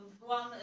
one